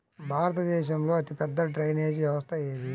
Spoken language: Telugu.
భారతదేశంలో అతిపెద్ద డ్రైనేజీ వ్యవస్థ ఏది?